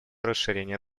расширение